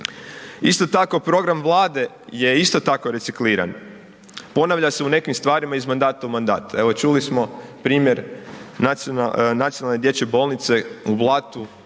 Isto tako program Vlade je isto tako recikliran, ponavlja se u nekim stvarima iz mandata u mandat. Evo čuli smo primjer nacionalne Dječje bolnice u Blatu,